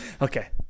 Okay